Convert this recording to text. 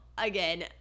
Again